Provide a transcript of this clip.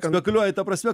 spekuliuoja ta prasme